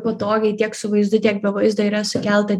patogiai tiek su vaizdu tiek be vaizdo yra sukelta